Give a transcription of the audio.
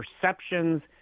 perceptions